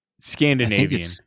Scandinavian